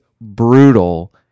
brutal